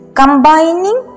combining